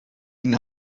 hun